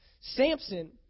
Samson